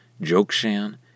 Jokshan